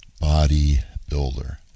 bodybuilder